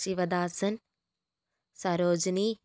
Sivadasan Sarojini